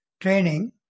training